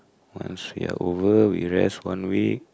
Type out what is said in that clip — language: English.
once we are over we rest one week